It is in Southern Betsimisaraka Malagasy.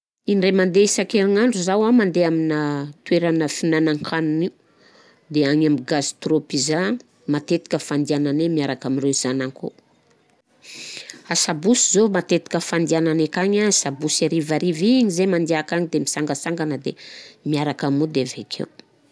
Indray mandeh isan-kerignandro zaho an mande amina toeragna fihinanan-kanina io, de any amin'ny gastro pizza matetika fandehananahy miaraka amreo zanako, sabosy zao matetika fandehananahy akagny an, sabosy arivariva igny zay mandia akagny de misangasangana de miaraka mody avekeo.